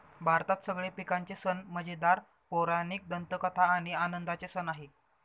भारतात सगळे पिकांचे सण मजेदार, पौराणिक दंतकथा आणि आनंदाचे सण आहे